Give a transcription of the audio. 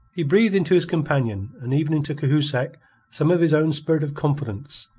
he breathed into his companions and even into cahusac some of his own spirit of confidence,